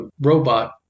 robot